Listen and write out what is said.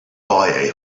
buy